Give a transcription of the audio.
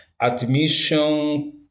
Admission